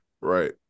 Right